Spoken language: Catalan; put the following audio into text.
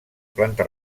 planta